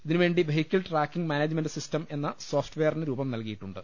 ഇതിനുവേണ്ടി vehicle tracking management system എന്ന സോഫ്റ്റ്വെയറിന് രൂപം നൽകിയിട്ടുണ്ട്